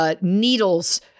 needles